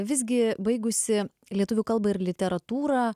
visgi baigusi lietuvių kalbą ir literatūrą